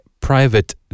private